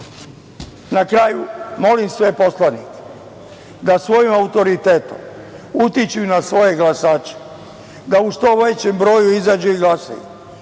kraju, molim sve poslanike da svojim autoritetom utiču i na svoje glasače da u što većem broju izađu i glasaju,